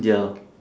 ya